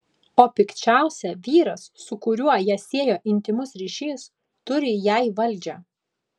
o pikčiausia vyras su kuriuo ją siejo intymus ryšys turi jai valdžią